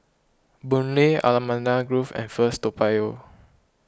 Boon Lay Allamanda Grove and First Toa Payoh